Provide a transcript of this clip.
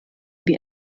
wie